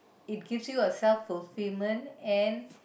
it gives you a self fulfillment and